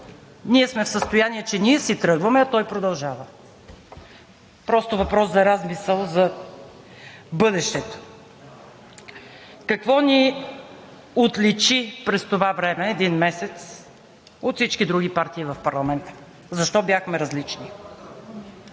сме в състояние, че ние си тръгваме, а той продължава. Просто въпрос за размисъл за бъдещето. Какво ни отличи през това време – един месец от всички други партии в парламента? Защо бяхме различни?